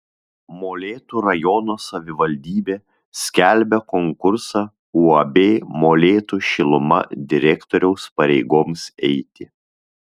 molėtų rajono savivaldybė skelbia konkursą uab molėtų šiluma direktoriaus pareigoms eiti